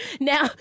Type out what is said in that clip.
Now